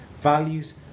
values